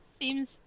seems